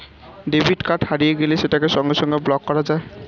debit card হারিয়ে গেলে সেটাকে সঙ্গে সঙ্গে ব্লক করা যায়